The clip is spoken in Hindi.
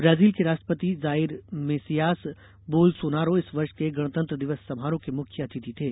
ब्राजील के राष्ट्र्पति जाइर मैसियास बोलसोनारो इस वर्ष के गणतंत्र दिवस समारोह के मुख्य अतिथि थे